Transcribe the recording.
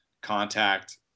contact